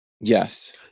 Yes